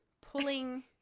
pulling